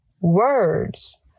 words